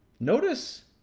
notice,